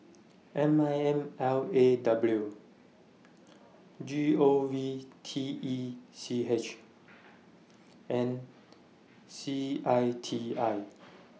M I N L A W G O V T E C H and C I T I